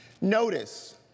Notice